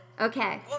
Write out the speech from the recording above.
Okay